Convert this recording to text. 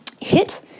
hit